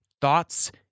thoughts